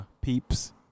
Peep's